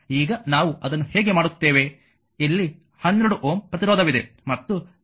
ಈಗ ನಾವು ಅದನ್ನು ಹೇಗೆ ಮಾಡುತ್ತೇವೆ ಇಲ್ಲಿ 12 Ω ಪ್ರತಿರೋಧವಿದೆ